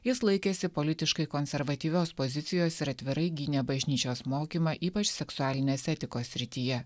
jis laikėsi politiškai konservatyvios pozicijos ir atvirai gynė bažnyčios mokymą ypač seksualinės etikos srityje